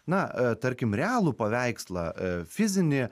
na tarkim realų paveikslą fizinį